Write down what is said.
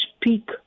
speak